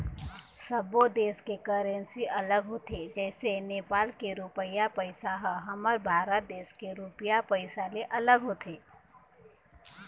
सब्बो देस के करेंसी अलग होथे जइसे नेपाल के रुपइया पइसा ह हमर भारत देश के रुपिया पइसा ले अलग होथे